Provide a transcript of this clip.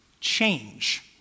change